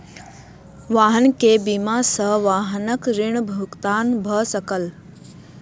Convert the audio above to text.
वाहन के बीमा सॅ वाहनक ऋण भुगतान भ सकल